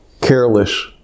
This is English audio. careless